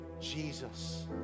Jesus